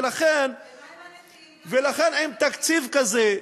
ולכן, ומה עם הנכים, ולכן, עם תקציב כזה,